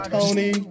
Tony